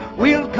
we'll